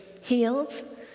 healed